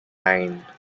nine